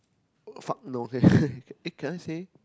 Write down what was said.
fuck no okay eh can I say